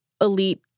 elite